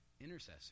intercessor